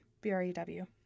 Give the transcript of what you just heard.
B-R-E-W